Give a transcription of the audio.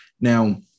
Now